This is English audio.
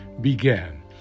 began